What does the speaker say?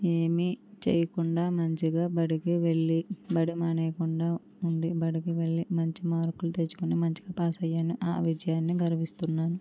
ఏమి చేయకుండా మంచిగా బడికి వెళ్ళి బడి మానేయకుండా ఉండి బడికి వెళ్ళి మంచి మార్కులు తెచ్చుకుని మంచిగా పాస్ అయ్యాను ఆ విజయాన్ని గర్విస్తున్నాను